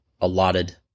allotted